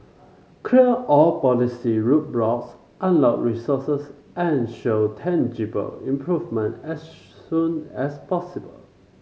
clear all policy roadblocks unlock resources and show tangible improvement as soon as possible